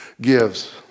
gives